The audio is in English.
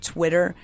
Twitter